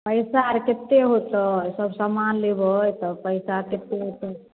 पैसा आर कतेक होयतै सब समान लेबै तऽ पैसा कतेक होयतै